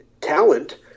talent